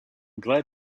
glad